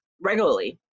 regularly